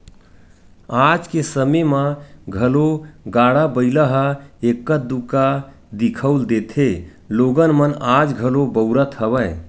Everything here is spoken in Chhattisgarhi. आज के समे म घलो गाड़ा बइला ह एक्का दूक्का दिखउल देथे लोगन मन आज घलो बउरत हवय